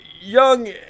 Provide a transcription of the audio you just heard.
young